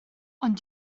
ond